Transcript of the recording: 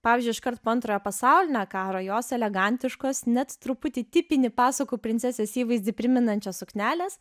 pavyzdžiui iškart po antrojo pasaulinio karo jos elegantiškos net truputį tipinį pasakų princesės įvaizdį primenančios suknelės